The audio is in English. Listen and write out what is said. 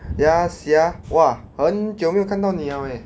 ya sia !wah! 很久没有看到你 liao eh